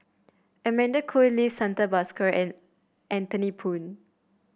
Amanda Koe Lee Santha Bhaskar and Anthony Poon